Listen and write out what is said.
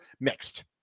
mixed